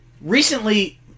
Recently